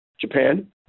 Japan